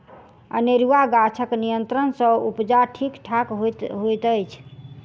अनेरूआ गाछक नियंत्रण सँ उपजा ठीक ठाक होइत अछि